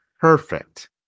Perfect